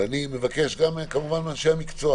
אני מבקש מאנשי המקצוע